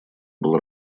был